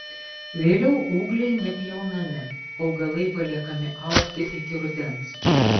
vėliau ūgliai nepjaunami augalai paliekami augti iki rudens